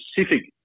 specific